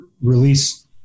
release